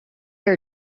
are